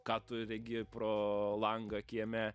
ką tu regi pro langą kieme